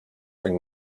bring